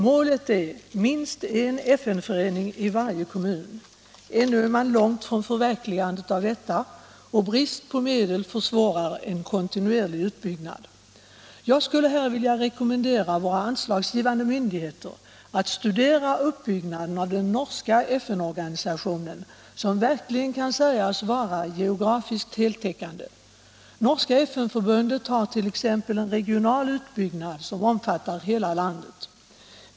Målet är minst en FN-förening i varje kommun. Ännu är man långt från förverkligandet av detta och brist på medel försvårar en kontinuerlig utbyggnad. Jag skulle här vilja rekommendera våra anslagsgivande myndigheter att studera uppbyggnaden av den norska FN-organisationen, som verkligen kan sägas vara geografiskt heltäckande. Norska FN-förbundet har t.ex. en regional utbyggnad som omfattar hela landet.